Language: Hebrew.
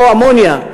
אותו אמוניה,